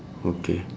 okay